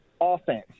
offense